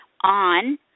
on